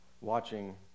watching